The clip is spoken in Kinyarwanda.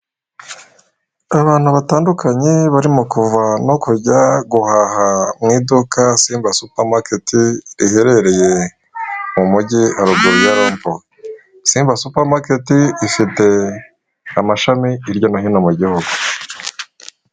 Abantu batandukanye barimo kuva no kujya guhaha mu iduka simba supamaketi, riherereye mu mujyi, haguru ya rompuwe. Simba supamaketi ifite amashami hirya no hino mu gihugu.